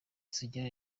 sugira